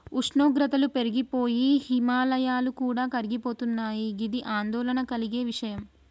ఉష్ణోగ్రతలు పెరిగి పోయి హిమాయాలు కూడా కరిగిపోతున్నయి గిది ఆందోళన కలిగే విషయం